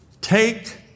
take